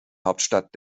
hauptstadt